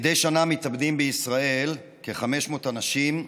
מדי שנה מתאבדים בישראל כ-500 אנשים,